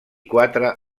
quatre